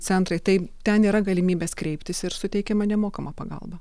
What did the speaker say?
centrai tai ten yra galimybės kreiptis ir suteikiama nemokama pagalba